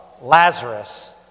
Lazarus